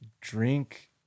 drink